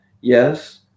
Yes